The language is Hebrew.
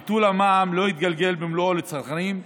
ביטול המע"מ לא יתגלגל במלואו לצרכנים.